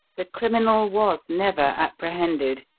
the criminal was never apprehended.